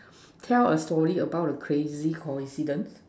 tell a story about a crazy coincidence